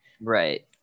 right